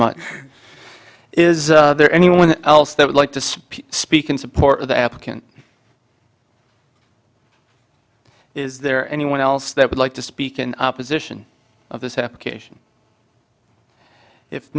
much is there anyone else that would like to speak speak in support of the applicant is there anyone else that would like to speak in opposition of this happen cation if